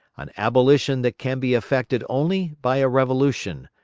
an abolition that can be effected only by a revolution,